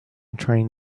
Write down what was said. train